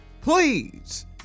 please